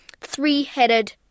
three-headed